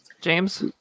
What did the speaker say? James